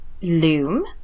Loom